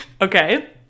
okay